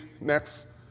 Next